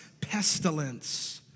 pestilence